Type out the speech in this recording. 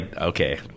okay